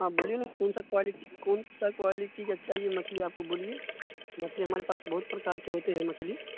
ہاں بولیے نا کون سا کوالٹی کون سا کوالٹی کا چاہیے مچھلی آپ کو بولیے مچھلی ہمارے پاس بہت پرکار کے ہوتے ہیں مچھلی